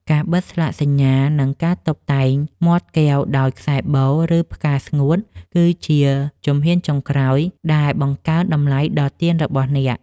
ការបិទស្លាកសញ្ញា និងការតុបតែងមាត់កែវដោយខ្សែបូ ឬផ្កាស្ងួត គឺជាជំហានចុងក្រោយដែលបង្កើនតម្លៃដល់ទៀនរបស់អ្នក។